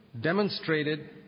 demonstrated